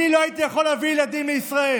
אני לא הייתי יכול להביא ילדים בישראל,